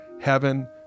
heaven